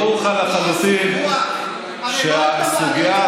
ברור לך לחלוטין, הרי לא היית מעלה את זה בדעתך.